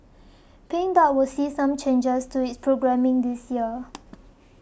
Pink Dot will see some changes to its programming this year